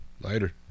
Later